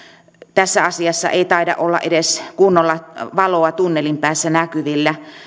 tässä asiassa ei taida olla edes kunnolla valoa tunnelin päässä näkyvillä